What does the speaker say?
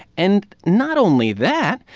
and not only that,